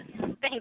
Thank